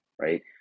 right